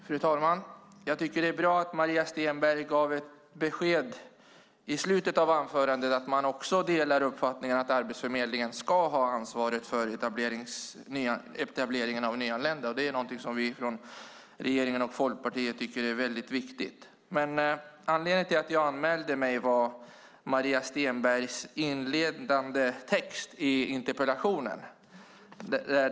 Fru talman! Jag tycker att det är bra att Maria Stenberg i slutet av sitt anförande gav beskedet att man också delar uppfattningen att Arbetsförmedlingen ska ha ansvaret för etableringen av nyanlända. Det är någonting som vi från regeringen och Folkpartiet tycker är väldigt viktigt. Anledningen till att jag anmälde mig till debatten var Maria Stenbergs inledande text i interpellationen.